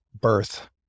Birth